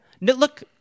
Look